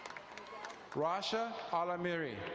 washa alameri.